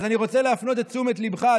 אז אני רוצה להפנות את תשומת ליבך,